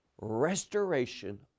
restoration